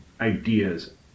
ideas